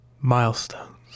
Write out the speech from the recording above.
milestones